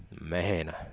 man